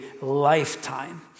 lifetime